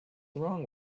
wrong